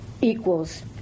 equals